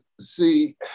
see